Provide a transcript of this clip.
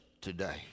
today